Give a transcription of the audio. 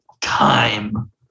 time